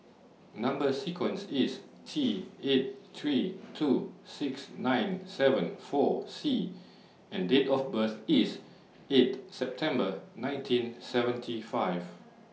Number sequence IS T eight three two six nine seven four C and Date of birth IS eight September nineteen seventy five